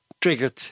triggered